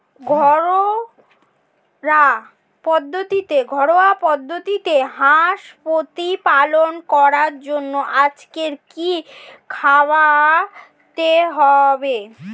ঘরোয়া পদ্ধতিতে হাঁস প্রতিপালন করার জন্য আজকে কি খাওয়াতে হবে?